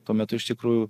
tuo metu iš tikrųjų